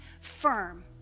firm